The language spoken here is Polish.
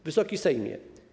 Wysoki Sejmie!